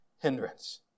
hindrance